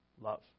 love